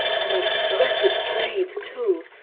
and a blessed blade, too!